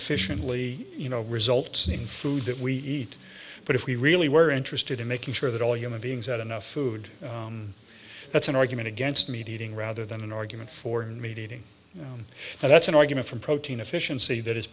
efficiently you know results in food that we eat but if we really were interested in making sure that all human beings had enough food that's an argument against meat eating rather than an argument for meat eating that's an argument from protein efficiency